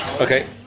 Okay